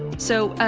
so,